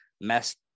mess